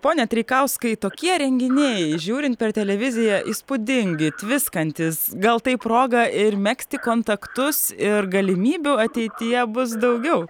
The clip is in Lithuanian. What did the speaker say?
pone treikauskai tokie renginiai žiūrint per televiziją įspūdingi tviskantys gal tai proga ir megzti kontaktus ir galimybių ateityje bus daugiau